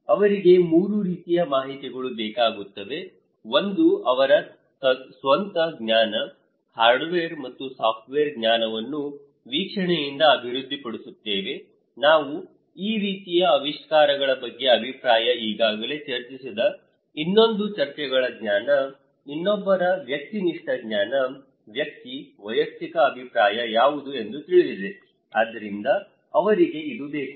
ಅವರಿಗೆ 3 ರೀತಿಯ ಮಾಹಿತಿಗಳು ಬೇಕಾಗುತ್ತವೆ ಒಂದು ಅವರ ಸ್ವಂತ ಜ್ಞಾನ ಹಾರ್ಡ್ವೇರ್ ಮತ್ತು ಸಾಫ್ಟ್ವೇರ್ ಜ್ಞಾನವನ್ನು ವೀಕ್ಷಣೆಯಿಂದ ಅಭಿವೃದ್ಧಿಪಡಿಸುತ್ತೇವೆ ನಾವು ಈ ರೀತಿಯ ಆವಿಷ್ಕಾರಗಳ ಬಗ್ಗೆ ಅಭಿಪ್ರಾಯ ಈಗಾಗಲೇ ಚರ್ಚಿಸಿದ ಇನ್ನೊಂದು ಚರ್ಚೆಗಳ ಜ್ಞಾನ ಇನ್ನೊಬ್ಬರ ವ್ಯಕ್ತಿನಿಷ್ಠ ಜ್ಞಾನ ವ್ಯಕ್ತಿ ವೈಯಕ್ತಿಕ ಅಭಿಪ್ರಾಯ ಯಾವುದು ಎಂದು ತಿಳಿದಿದೆ ಆದ್ದರಿಂದ ಅವರಿಗೆ ಇದು ಬೇಕು